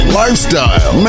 lifestyle